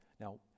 Now